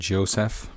Joseph